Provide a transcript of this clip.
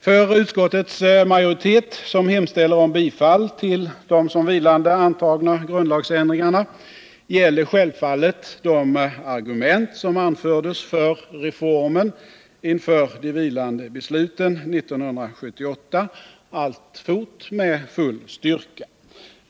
För utskottsmajoriteten, som hemställer om bifall till de som vilande angivna grundlagsändringarna, gäller självfallet de argument som anfördes för reformen inför de vilande besluten 1978 alltfort med full styrka.